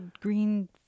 green